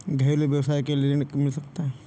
घरेलू व्यवसाय करने के लिए ऋण मिल सकता है?